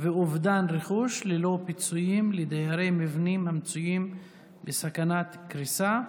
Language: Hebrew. ואובדן רכוש ללא פיצויים לדיירי מבנים המצויים בסכנת קריסה,